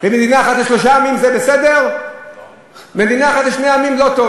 אבל מדינה אחת לשני העמים אתה לא מוכן.